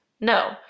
No